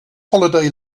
holiday